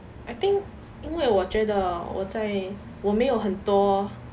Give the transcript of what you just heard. I think 因为我觉得我在我沒有很多